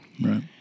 Right